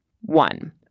One